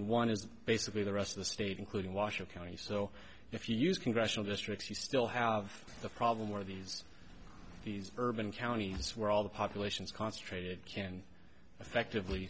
and one is basically the rest of the state including washoe county so if you use congressional districts you still have the problem where these these urban counties where all the populations concentrated can effectively